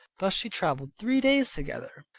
thus she traveled three days together,